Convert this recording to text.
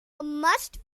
must